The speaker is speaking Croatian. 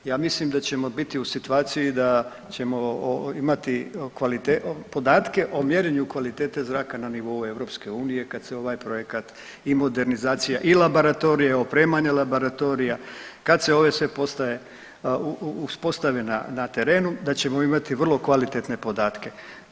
Ja mislim da ćemo biti u situaciji da ćemo imati podatke o mjerenju kvalitete zraka na nivou EU kad se ovaj projekat i modernizacija i laboratorija i opremanja laboratorija kad se ove sve postaje uspostave na terenu da ćemo imati vrlo kvalitetne podatke.